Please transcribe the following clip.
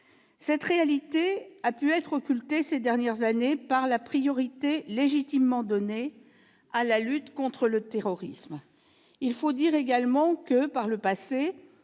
Cette réalité a pu être occultée ces dernières années par la priorité légitimement donnée à la lutte contre le terrorisme. Il faut dire également que, par le passé,